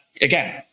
again